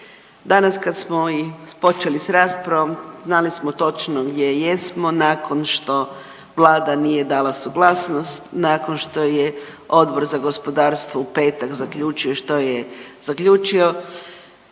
Danas kad smo počeli sa raspravom znali smo točno gdje jesmo nakon što Vlada nije dala suglasnost, nakon što je Odbor za gospodarstvo u petak zaključio što je zaključio.